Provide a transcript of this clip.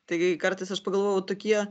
tai kartais aš pagalvojau tokie